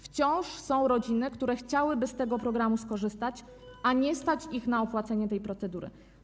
Wciąż są rodziny, które chciałyby z tego programu skorzystać, a których nie stać na opłacenie tej procedury.